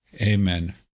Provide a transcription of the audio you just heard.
Amen